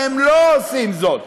והן לא עושות זאת,